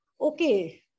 okay